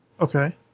okay